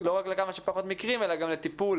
לא רק לכמה שפחות מקרים, אלא גם לטיפול